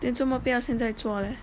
then 做么不要现在做嘞